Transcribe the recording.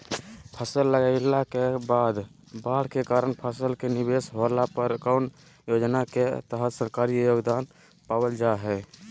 फसल लगाईला के बाद बाढ़ के कारण फसल के निवेस होला पर कौन योजना के तहत सरकारी योगदान पाबल जा हय?